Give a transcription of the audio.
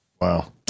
Wow